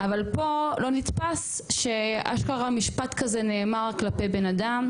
אבל פה לא נתפס שאשכרה משפט כזה נאמר כלפי בן אדם.